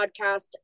podcast